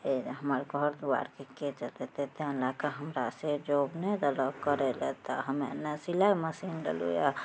फेर हमर घर दुआरके केँ देखतइ तैं लऽके हमरा से जॉब नहि देलक करय लै तऽ हमे ने सिलाइ मशीन लेलहुँ यऽ